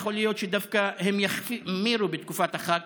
יכול להיות שהם דווקא יחמירו בתקופת החג,